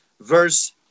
verse